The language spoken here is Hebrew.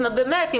באמת,